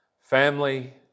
family